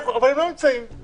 אבל הם לא נמצאים?